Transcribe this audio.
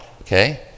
Okay